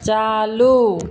चालू